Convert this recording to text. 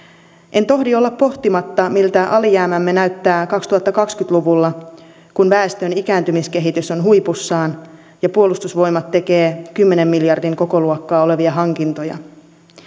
en tohdi olla pohtimatta miltä alijäämämme näyttää kaksituhattakaksikymmentä luvulla kun väestön ikääntymiskehitys on huipussaan ja puolustusvoimat tekee kymmenen miljardin kokoluokkaa olevia hankintoja